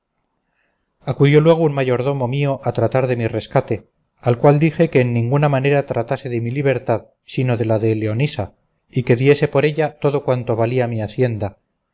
acudió luego un mayordomo mío a tratar de mi rescate al cual dije que en ninguna manera tratase de mi libertad sino de la de leonisa y que diese por ella todo cuanto valía mi hacienda